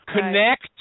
connect